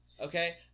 Okay